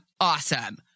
Awesome